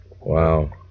Wow